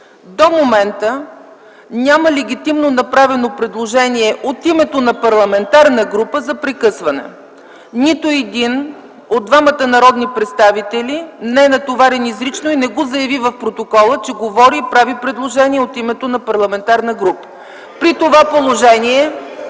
До момента няма легитимно направено предложение от името на парламентарна група за прекъсване. Нито един от двамата народни представители не е натоварен изрично и не го заяви в протокола, че говори и прави предложение от името на парламентарна група. (Възгласи